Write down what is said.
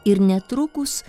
ir netrukus